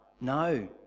No